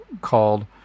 called